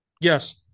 Yes